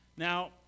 Now